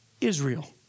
Israel